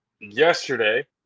yesterday